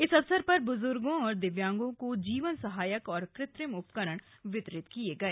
इस अवसर पर बुजुर्गों और दिव्यांगों को जीवन सहायक और कृत्रिम उपकरण वितरित किए गए